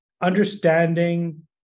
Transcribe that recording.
understanding